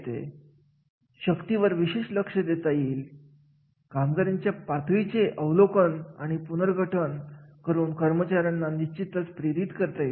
तर म्हणून बल्लारपूर उद्योगसमुहा मधील मूल्यांकन विषयी बोलायचे झाले तर कार्याच्या मूल्यांकनासाठी त्यांनी अशी काही विशिष्ट मापदंड ठरवले होते